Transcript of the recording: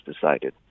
decided